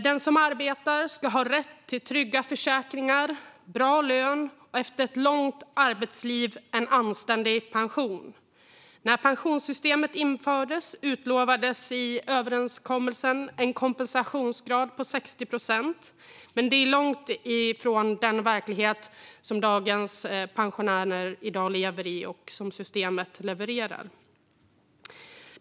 Den som arbetar ska ha rätt till trygga försäkringar och bra lön, och efter ett långt arbetsliv ska man ha rätt till en anständig pension. När pensionssystemet infördes utlovades i överenskommelsen en kompensationsgrad på 60 procent, men det är långt från den verklighet som dagens pensionärer lever i och vad systemet levererar.